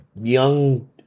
young